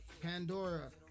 Pandora